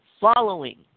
following